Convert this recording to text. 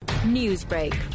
Newsbreak